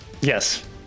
Yes